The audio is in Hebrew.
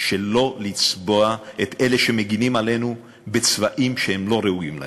שלא לצבוע את אלה שמגינים עלינו בצבעים שהם לא ראויים להם.